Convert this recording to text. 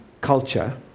culture